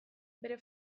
bere